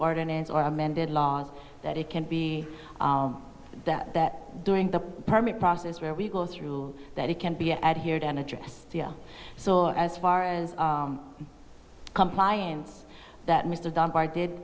ordinance or amended laws that it can be that that during the permit process where we go through that it can be adhered and address so as far as compliance that mr dunbar did